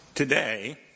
Today